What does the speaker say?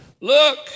look